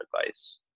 advice